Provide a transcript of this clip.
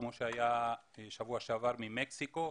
כמו שהיה בשבוע שעבר ממקסיקו,